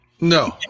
No